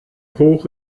hoch